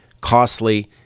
costly